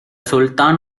sultan